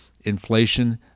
inflation